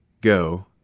Go